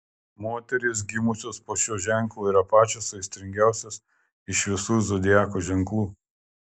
moterys gimusios po šiuo ženklu yra pačios aistringiausios iš visų zodiako ženklų